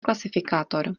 klasifikátor